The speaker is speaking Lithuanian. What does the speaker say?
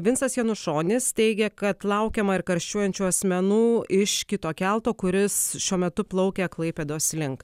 vincas janušonis teigė kad laukiama ir karščiuojančių asmenų iš kito kelto kuris šiuo metu plaukia klaipėdos link